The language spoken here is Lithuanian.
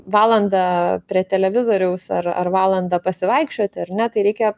valandą prie televizoriaus ar ar valandą pasivaikščioti ar ne tai reikia